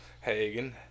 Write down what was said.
Hagen